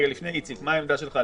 לפני איציק, מה העמדה שלך?